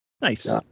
Nice